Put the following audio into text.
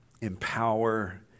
empower